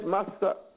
Master